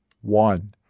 One